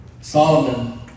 solomon